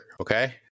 okay